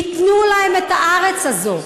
ייתנו להם את הארץ הזאת.